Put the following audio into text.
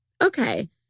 Okay